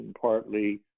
partly